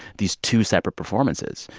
these two separate performances.